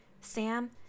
Sam